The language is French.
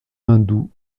hindous